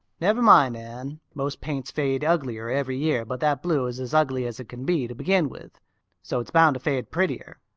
never mind, anne. most paints fade uglier every year but that blue is as ugly as it can be to begin with so it's bound to fade prettier.